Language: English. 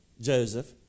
Joseph